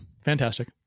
Fantastic